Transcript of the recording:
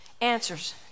answers